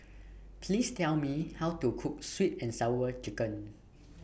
Please Tell Me How to Cook Sweet and Sour Chicken